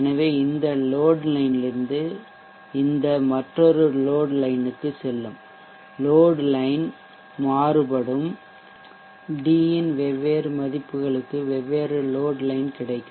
எனவே இந்த லோட்லைன்லிருந்து இந்த மற்றொரு லோட்லைன் க்கு செல்லும் லோட் லைன் மாறுபடும் d இன் வெவ்வேறு மதிப்புகளுக்கு வெவ்வேறு லோட்லைன் கிடைக்கும்